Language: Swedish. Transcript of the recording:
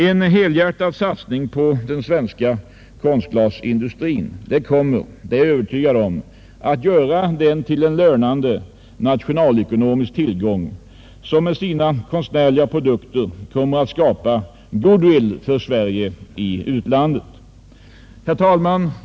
En helhjärtad satsning på den svenska konstglasindustrin skall — det är jag övertygad om — göra den till en lönande, nationalekonomisk tillgång, och med sina konstnärliga produkter kommer den att skapa goodwill för Sverige i utlandet. Herr talman!